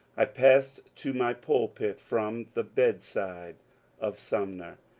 i passed to my pulpit from the bedside of sumner,